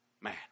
Man